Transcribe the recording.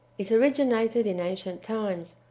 it originated in ancient times,